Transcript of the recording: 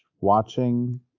watching